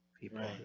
people